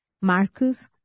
Marcus